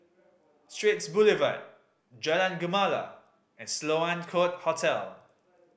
Straits Boulevard Jalan Gemala and Sloane Court Hotel